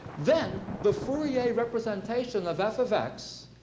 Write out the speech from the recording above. then the fourier representation of f of x,